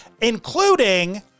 including